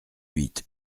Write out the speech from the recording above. huit